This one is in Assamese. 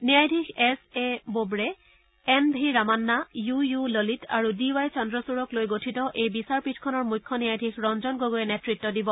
ন্যায়াধীশ S A Bobde N V Ramana U U Lalit আৰু ডি ৱাই চন্দ্ৰচূড্ক লৈ গঠিত এই বিচাৰপীঠখন মুখ্য ন্যায়াধীশ ৰঞ্জন গগৈয়ে নেত্ব দিব